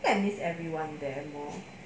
I think I missed anyone that I know